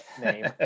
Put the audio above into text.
name